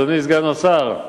אדוני סגן השר,